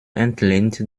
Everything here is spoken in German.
entlehnt